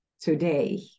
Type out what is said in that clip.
today